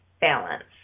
balance